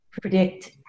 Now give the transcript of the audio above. predict